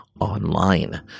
online